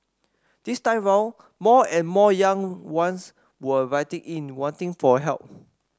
this time round more and more young ones were writing in wanting for help